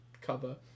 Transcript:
cover